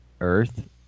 Earth